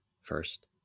first